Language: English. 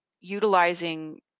utilizing